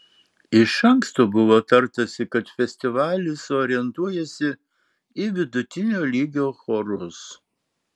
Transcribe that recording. iš anksto buvo tartasi kad festivalis orientuojasi į vidutinio lygio chorus